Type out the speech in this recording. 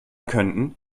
könnten